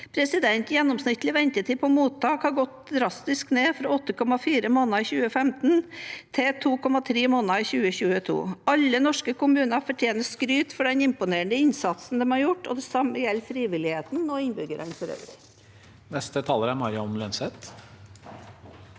Gjennomsnittlig ventetid på mottak har gått drastisk ned, fra 8,4 måneder i 2015 til 2,3 måneder i 2022. Alle norske kommuner fortjener skryt for den impone rende innsatsen de har gjort, og det samme gjelder frivilligheten og innbyggerne for øvrig. Mari Holm Lønseth